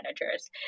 managers